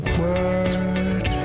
word